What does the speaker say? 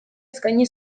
eskaini